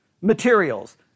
materials